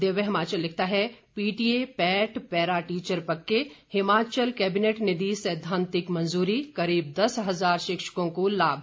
दिव्य हिमाचल लिखता है PTA PAT para teacher पक्के हिमाचल कैबिनेट ने दी सैद्वांतिक मंजूरी करीब दस हजार शिक्षकों को लाभ